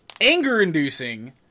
anger-inducing